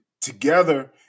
together